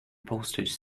postage